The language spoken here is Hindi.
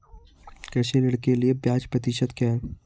कृषि ऋण के लिए ब्याज प्रतिशत क्या है?